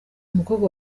umukobwa